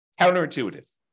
Counterintuitive